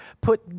put